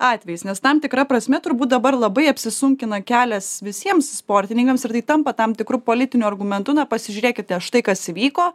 atvejis nes tam tikra prasme turbūt dabar labai apsisunkina kelias visiems sportininkams ir tai tampa tam tikru politiniu argumentu na pasižiūrėkite štai kas vyko